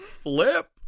flip